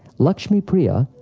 lakshmi-priya,